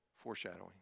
foreshadowing